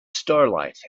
starlight